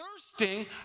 thirsting